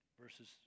verses